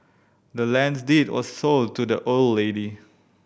the land's deed was sold to the old lady